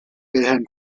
wilhelm